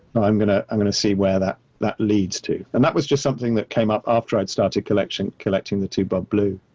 i'm gonna, i'm going to see where that, that leads to, and that was just something that came up after i'd started collecting collecting the two bob blue.